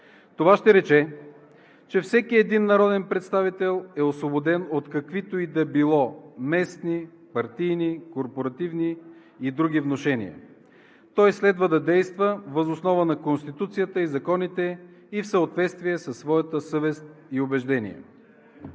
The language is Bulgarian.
Това ще рече, че всеки един народен представител е освободен от каквито и да било местни, партийни, корпоративни и други внушения. Той следва да действа въз основа на Конституцията и законите и в съответствие със своята съвест и убеждения.